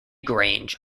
grange